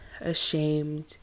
ashamed